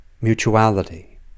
Mutuality